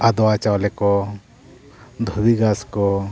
ᱟᱫᱣᱟ ᱪᱟᱣᱞᱮ ᱠᱚ ᱫᱷᱩᱵᱤ ᱜᱷᱟᱥ ᱠᱚ